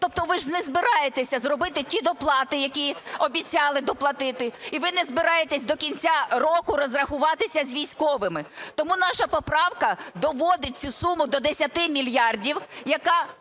Тобто ви ж не збираєтеся зробити ті доплати, які обіцяли доплатити, і ви не збираєтесь до кінця року розрахуватися з військовими. Тому наша поправка доводить цю суму до 10 мільярдів, яка